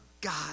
God